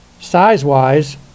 size-wise